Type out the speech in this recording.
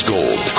Gold